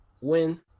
win